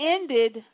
ended